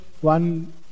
one